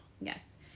Yes